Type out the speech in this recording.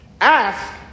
ask